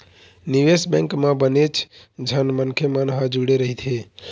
निवेश बेंक म बनेच झन मनखे मन ह जुड़े रहिथे